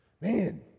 Man